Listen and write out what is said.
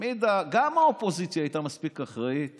גם האופוזיציה הייתה מספיק אחראית